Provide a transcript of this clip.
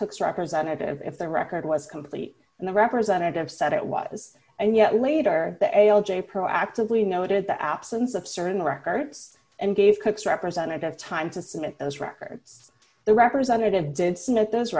asks representative if the record was complete and the representative said it was and yet later the l j proactively noted the absence of certain records and gave cook's represented at the time to submit those records the representative